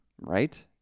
right